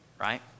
Right